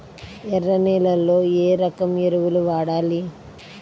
ఎర్ర నేలలో ఏ రకం ఎరువులు వాడాలి?